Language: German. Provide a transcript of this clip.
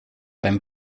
beim